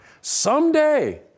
Someday